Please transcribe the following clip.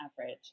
average